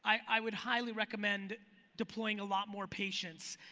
i would highly recommend deploying a lot more patience.